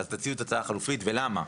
אז תציעו את ההצעה החלופית ולמה.